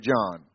John